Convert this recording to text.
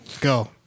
Go